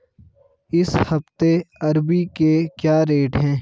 इस हफ्ते अरबी के क्या रेट हैं?